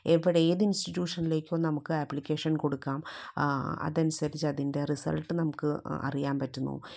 എവിടെ ഏത് ഇൻസ്റ്റിട്യൂഷനിലേക്കോ നമുക്ക് അപ്ലിക്കേഷൻ കൊടുക്കാം അത് അനുസരിച്ച് അതിൻ്റെ റിസൾട്ട് നമുക്ക് അറിയാൻ പറ്റുന്നു